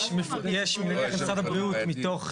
יש נניח משרד הבריאות מתוך,